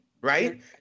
right